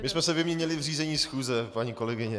My jsme se vyměnili v řízení schůze, paní kolegyně.